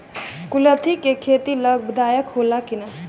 कुलथी के खेती लाभदायक होला कि न?